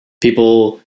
people